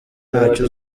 ntacyo